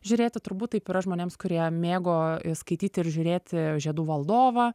žiūrėti turbūt taip yra žmonėms kurie mėgo skaityti ir žiūrėti žiedų valdovą